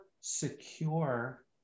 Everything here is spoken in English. secure